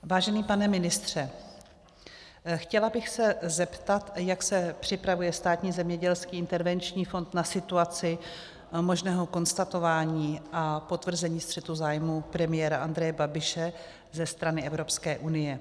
Vážený pane ministře, chtěla bych se zeptat, jak se připravuje Státní zemědělský intervenční fond na situaci možného konstatování a potvrzení střetu zájmu premiéra Andreje Babiše ze strany Evropské unie.